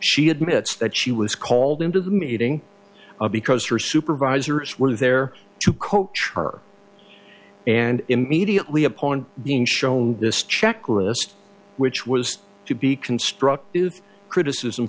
she admits that she was called into the meeting because her supervisors were there to coach her and immediately upon being shown this checklist which was to be constructive criticism